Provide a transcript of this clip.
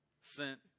sent